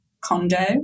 condo